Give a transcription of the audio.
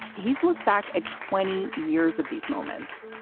he's looked back at twenty years of these moments,